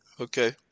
okay